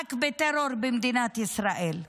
למאבק בטרור במדינת ישראל.